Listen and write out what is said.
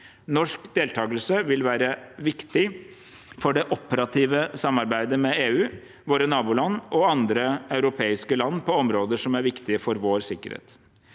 Norsk deltakelse vil være viktig for det operative samarbeidet med EU, våre naboland og andre europeiske land på områder som er viktige for vår sikkerhet.